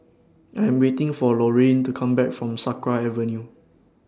I Am waiting For Lorayne to Come Back from Sakra Avenue